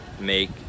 make